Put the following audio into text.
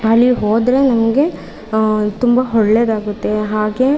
ಅಲ್ಲಿ ಹೋದರೆ ನಮಗೆ ತುಂಬ ಒಳ್ಳೆಯದಾಗುತ್ತೆ ಹಾಗೆ